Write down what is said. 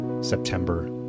September